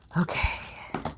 okay